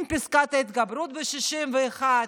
עם פסקת ההתגברות ב-61,